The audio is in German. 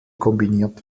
kombiniert